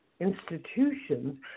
institutions